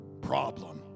Problem